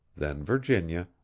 then virginia,